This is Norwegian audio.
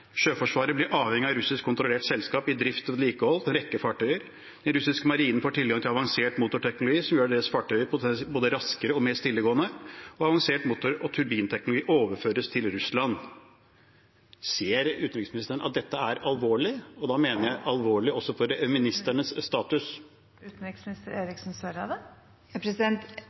rekke fartøyer. Den russiske marinen får tilgang til avansert motorteknologi som gjør deres fartøyer både raskere og mer stillegående, og avansert motor- og turbinteknologi overføres til Russland. Ser utenriksministeren at dette er alvorlig, og da mener jeg alvorlig også for ministernes